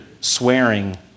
swearing